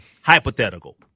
hypothetical